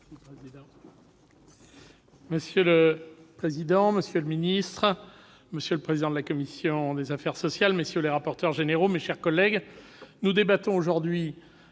Monsieur le président, monsieur le ministre, monsieur le président de la commission des affaires sociales, messieurs les rapporteurs généraux, mes chers collègues, nous débattons aujourd'hui